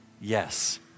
Yes